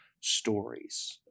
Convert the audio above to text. stories